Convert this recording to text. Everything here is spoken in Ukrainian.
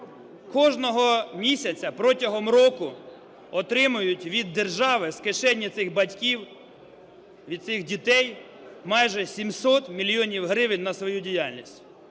кожного місяця протягом року отримують від держави з кишені цих батьків, від цих дітей майже сімсот мільйонів гривень на свою діяльність.